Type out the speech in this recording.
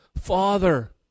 Father